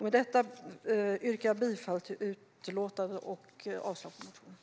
Med detta yrkar jag bifall till utskottets förslag och avslag på motionerna.